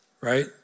right